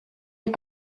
est